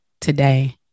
today